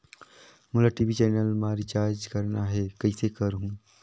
मोला TV channel मा recharge करना हे, कइसे करहुँ?